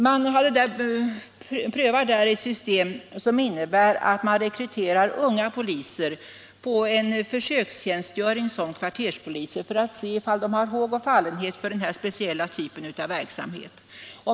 Där prövar man ett system som innebär att man rekryterar unga poliser till en försökstjänstgöring som kvarterspoliser för att se om de har håg och fallenhet för den här speciella typen av verksamhet.